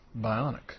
bionic